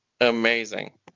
amazing